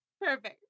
Perfect